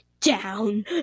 down